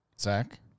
Zach